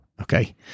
Okay